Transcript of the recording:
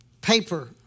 paper